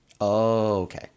Okay